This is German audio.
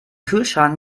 kühlschrank